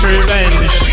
revenge